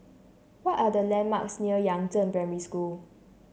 what are the landmarks near Yangzheng Primary School